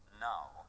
Now